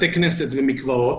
בתי כנסת ומקוואות.